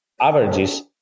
averages